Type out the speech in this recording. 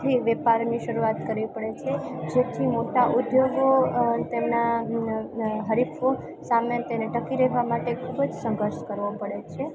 થી વેપારની શરૂઆત કરવી પડે છે જેથી મોટા ઉદ્યોગો તેમના હરીફો સામે તેને ટકી રહેવા માટે ખૂબ જ સંઘર્ષ કરવો પડે છે